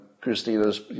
Christina's